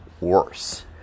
worse